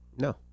No